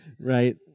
Right